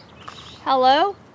Hello